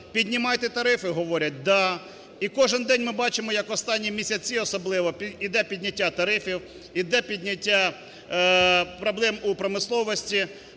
Піднімайте тарифи – говорять: "Да". І кожен день ми бачимо, як (останні місця особливо) іде підняття тарифів, іде підняття проблем у промисловості,